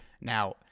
Now